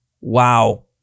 Wow